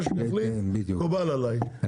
מה שהוא יחליט מקובל עלי,